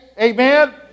Amen